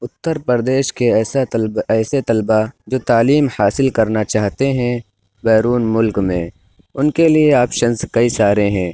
اتر پردیش کے ایسا طلبہ ایسے طلبہ جو تعلیم حاصل کرنا چاہتے ہیں بیرون ملک میں ان کے لیے آپشنز کئی سارے ہیں